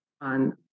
on